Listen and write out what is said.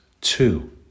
two